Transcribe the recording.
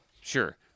Sure